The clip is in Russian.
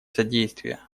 содействие